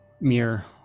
mirror